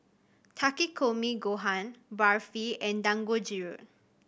Takikomi Gohan Barfi and Dangojiru